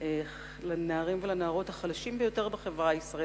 לנערים ולנערות החלשים ביותר בחברה הישראלית,